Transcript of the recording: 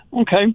Okay